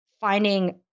finding